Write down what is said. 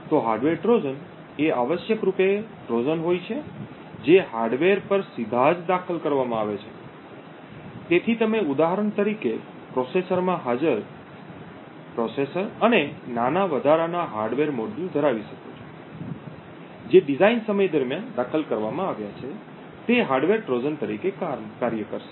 તો hardware Trojan એ આવશ્યક રૂપે ટ્રોજન હોય છે જે હાર્ડવેર પર સીધા જ દાખલ કરવામાં આવે છે તેથી તમે ઉદાહરણ તરીકે પ્રોસેસરમાં હાજર પ્રોસેસર અને નાના વધારાના હાર્ડવેર મોડ્યુલ ધરાવી શકો છો જે ડિઝાઇન સમય દરમિયાન દાખલ કરવામાં આવ્યા છે તે હાર્ડવેર ટ્રોજન તરીકે કાર્ય કરશે